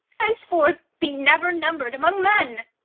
henceforth be never numb'red among men!